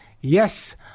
yes